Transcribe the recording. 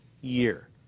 year